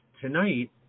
tonight